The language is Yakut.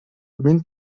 мин